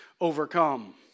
overcome